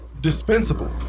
dispensable